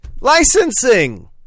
Licensing